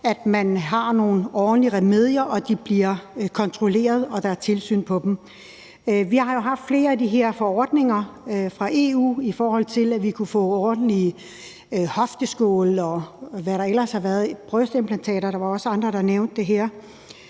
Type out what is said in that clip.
at man har nogle ordentlige remedier, at de bliver kontrolleret, og at der er tilsyn med dem. Vi har jo haft flere af de her forordninger fra EU, i forhold til at vi kunne få ordentlige hofteskåle, og hvad der ellers har været, brystimplantater, som der også var andre, der nævnte her.